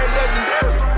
legendary